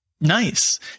Nice